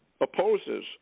opposes